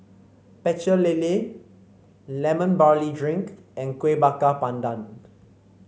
Pecel Lele Lemon Barley Drink and Kueh Bakar Pandan